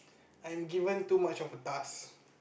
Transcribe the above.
I'm given too much of task